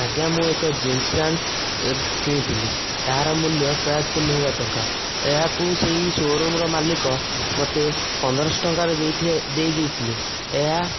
ଆଜ୍ଞା ମୁଁ ଏକ ଜିନ୍ସ ପ୍ୟାଣ୍ଟ୍ କିଣିଥିଲି ଏହାର ମୂଲ୍ୟ ପ୍ରାୟ ତିନିହଜାର ଟଙ୍କା ଏହାକୁ ସେହି ସୋରୁମ୍ର ମାଲିକ ମୋତେ ପନ୍ଦର ଶହ ଟଙ୍କାରେ ଦେଇ ଦେଇ ଦେଇଥିଲେ ଏହା